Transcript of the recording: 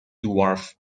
dwarf